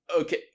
Okay